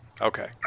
Okay